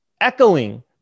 Echoing